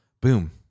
Boom